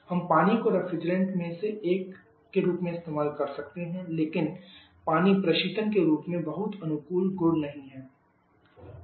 हम पानी को रेफ्रिजरेंट में से एक के रूप में भी इस्तेमाल कर सकते हैं लेकिन पानी प्रशीतन के रूप में बहुत अनुकूल गुण नहीं है